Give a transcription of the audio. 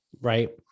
right